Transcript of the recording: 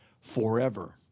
forever